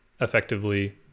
effectively